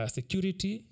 Security